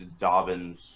Dobbins